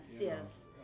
yes